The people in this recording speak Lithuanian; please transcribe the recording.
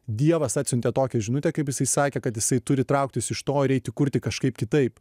dievas atsiuntė tokią žinutę kaip jisai sakė kad jisai turi trauktis iš to ir eiti kurti kažkaip kitaip